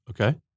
Okay